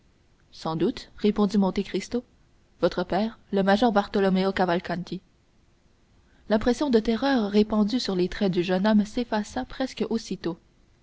sans doute répondit monte cristo votre père le major bartolomeo cavalcanti l'impression de terreur répandue sur les traits du jeune homme s'effaça presque aussitôt